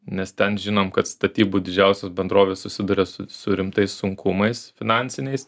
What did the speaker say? nes ten žinom kad statybų didžiausios bendrovės susiduria su su rimtais sunkumais finansiniais